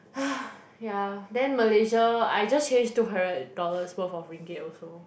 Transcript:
ya then Malaysia I just change two hundred dollars worth of Ringgit also